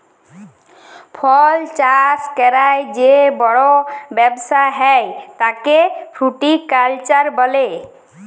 ফল চাষ ক্যরার যে বড় ব্যবসা হ্যয় তাকে ফ্রুটিকালচার বলে